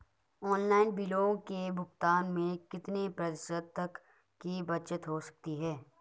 Online बिलों के भुगतान में कितने प्रतिशत तक की बचत हो सकती है?